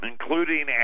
including